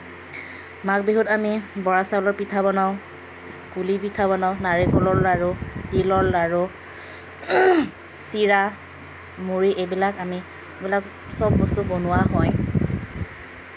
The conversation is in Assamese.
মাঘবিহুত আমি বৰাচাউলৰ পিঠা বনাওঁ পুলি পিঠা বনাওঁ নাৰিকলৰ লাৰু তিলৰ লাৰু চিৰা মুড়ি এইবিলাক আমি এইবিলাক সব বস্তু বনোৱা হয়